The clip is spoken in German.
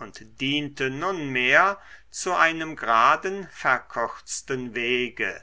und diente nunmehr zu einem graden verkürzten wege